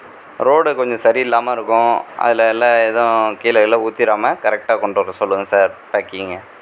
road கொஞ்சம் சரி இல்லாமல் இருக்கும் அதில் எல்லா எதுவும் கீழே ஊற்றிறாம கரெக்ட்டாக கொண்டு வர சொல்லுங்கள் சார் பேக்கிங்க